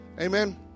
Amen